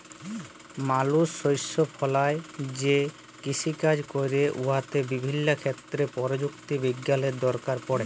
মালুস শস্য ফলাঁয় যে কিষিকাজ ক্যরে উয়াতে বিভিল্য ক্ষেত্রে পরযুক্তি বিজ্ঞালের দরকার পড়ে